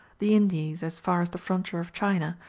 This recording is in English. the indies as far as the frontier of china,